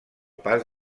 pas